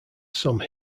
some